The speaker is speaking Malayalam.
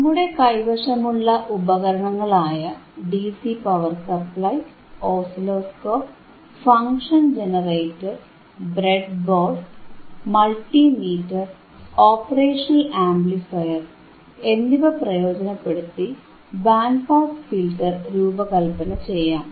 നമ്മുടെ കൈവശമുള്ള ഉപകരണങ്ങളായ DC power supply oscilloscope function generator breadboard multimeter operational amplifier എന്നിവ പ്രയോജനപ്പെടുത്തി ബാൻഡ് പാസ് ഫിൽറ്റർ രൂപകല്പനചെയ്യാം